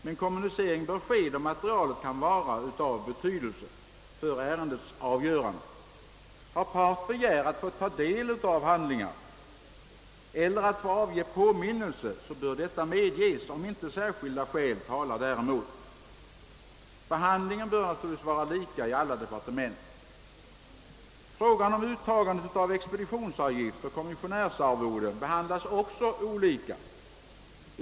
Men kommunicering bör ske då materialet kan vara av betydelse för ärendets avgörande. Har part begärt att få ta del av handlingarna eller att få avge påminnelser bör detta medges, om inte särskilda skäl talar däremot. Behandlingen bör naturligtvis vara lika i alla departement. Frågan om uttagande av expeditionsavgift och kommissionärsarvode behandlas också olika.